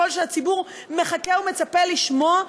הקול שהציבור מחכה ומצפה לשמוע,